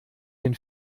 den